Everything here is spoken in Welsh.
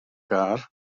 gar